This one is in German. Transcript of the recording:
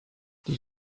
die